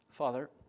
Father